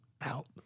out